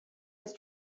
his